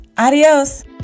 Adiós